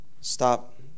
Stop